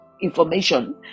information